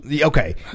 Okay